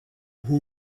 who